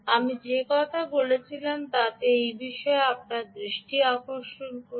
আমি যে কথা বলেছিলাম তাতে এই বিষয়ে আপনার দৃষ্টি আকর্ষণ করুন